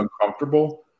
uncomfortable